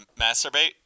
masturbate